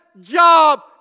job